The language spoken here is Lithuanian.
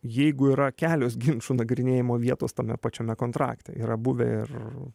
jeigu yra kelios ginčo nagrinėjimo vietos tame pačiame kontrakte yra buvę ir